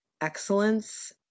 excellence